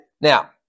Now